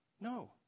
no